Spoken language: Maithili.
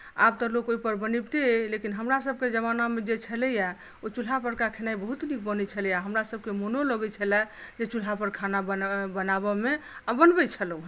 आब तऽ लोक ओहिपर बनबिते अछि लेकिन हमरासभके जमानामे जे छलैए ओ चूल्हापर का खेनाइ बहुत नीक बनैत छलैए हमरासभके मोनो लगैत छलए जे चूल्हापर खाना बनाबयमे आ बनबैत छलहुँ